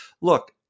Look